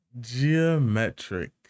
Geometric